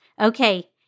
Okay